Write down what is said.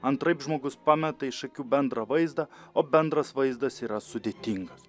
antraip žmogus pameta iš akių bendrą vaizdą o bendras vaizdas yra sudėtingas